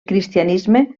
cristianisme